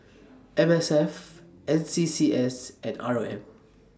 M S F N C C S and R O M